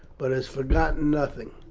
but has forgotten nothing.